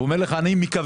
והוא אומר לך: אני מקווה